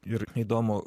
ir įdomu